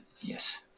Yes